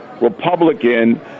Republican